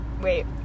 wait